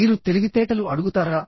మీరు తెలివితేటలు అడుగుతారా